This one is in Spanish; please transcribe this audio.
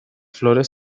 flores